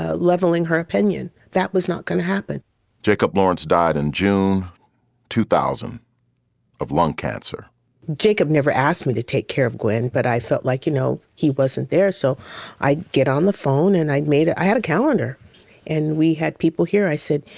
ah leveling her opinion. that was not gonna happen jacob lawrence died in june two thousand of lung cancer jacob never asked me to take care of gwen, but i felt like, you know, he wasn't there. so i get on the phone and i'd made it. i had a calendar and we had people here, i said.